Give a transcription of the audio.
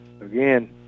Again